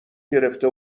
گرفته